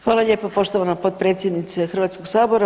Hvala lijepo, poštovana potpredsjednice Hrvatskog sabora.